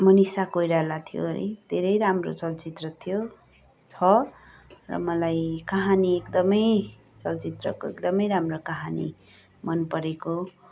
मनिषा कोइराला थियो है धेरै राम्रो चलचित्र थियो छ र मलाई कहानी एकदमै चलचित्रको एकदमै राम्रो कहानी मन परेको